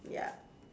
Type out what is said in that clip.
ya